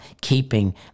keeping